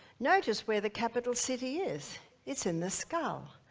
notice where the capital city is it's in the skull.